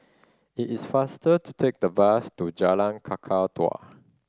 it is faster to take the bus to Jalan Kakatua